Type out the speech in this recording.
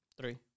Three